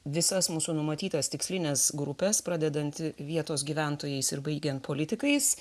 visas mūsų numatytas tikslines grupes pradedant vietos gyventojais ir baigiant politikais